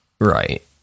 right